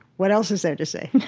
what else is there to say?